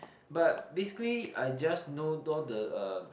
but basically I just know all the